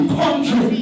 country